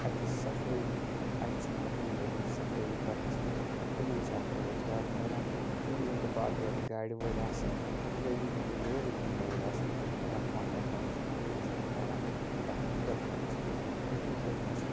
اَتِچۍ صَفٲیی اَتہِ چھِ مۄہنی لٔگمٕتۍ صَفٲیی کَرنَس پٮ۪ٹھ تِمَن چھُ اَکھ روزگار میِلان یِم زَن تہٕ باقٕے اَتہِ گاڑِ وٲلۍ آسیٚن یا یِم زَن تہٕ لورِ کٕنَن وٲلۍ آسیٚن یِم زَن تہِ ڈکھوان ڈَکھوان چھِ یِم ٹیٛوٗرِسٹہٕ کھالان تَتھ گۄپھہِ منٛز یِتھٔے پٲٹھۍ چھِ